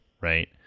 right